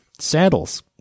Saddles